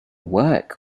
work